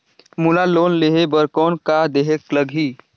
मोला लोन लेहे बर कौन का देहेक लगही?